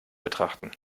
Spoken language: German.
betrachten